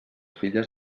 filles